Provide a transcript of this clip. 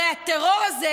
הרי הטרור הזה,